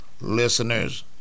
listeners